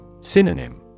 Synonym